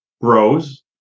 grows